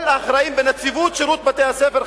כל האחראים בנציבות שירות בתי-הסוהר,